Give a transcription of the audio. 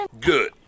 Good